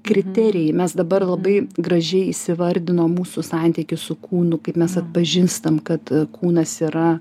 kriterijai mes dabar labai gražiai įsivardinom mūsų santykį su kūnu kaip mes atpažinstam kad kūnas yra